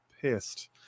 pissed